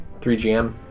3GM